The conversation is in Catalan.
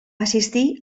assistí